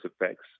effects